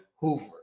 Hoover